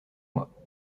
moi